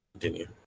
continue